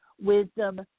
Wisdom